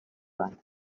bat